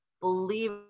believe